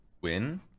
win